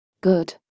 Good